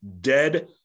dead